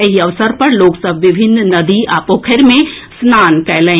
एहि अवसर पर लोक सभ विभिन्न नदी आ पोखरि मे स्नान कयलनि